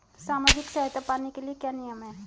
सामाजिक सहायता पाने के लिए क्या नियम हैं?